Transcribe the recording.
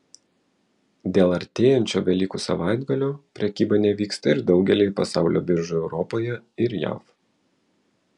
dėl artėjančio velykų savaitgalio prekyba nevyksta ir daugelyje pasaulio biržų europoje ir jav